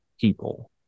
people